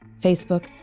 Facebook